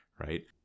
right